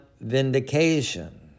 vindication